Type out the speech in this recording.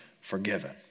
forgiven